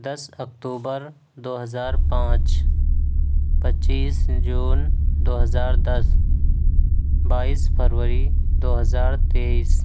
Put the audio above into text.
دس اکتوبر دو ہزار پانچ پچیس جون دو ہزار دس بائیس فروری دو ہزار تئیس